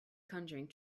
conjuring